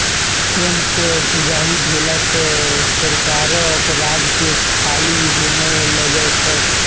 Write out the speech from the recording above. कम कर उगाही भेला सॅ सरकारक राजकोष खाली होमय लगै छै